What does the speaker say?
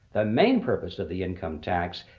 the main purpose of the income tax,